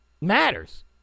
matters